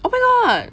oh my god